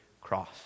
cross